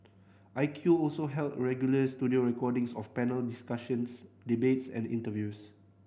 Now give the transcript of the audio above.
I Q also held regular studio recordings of panel discussions debates and interviews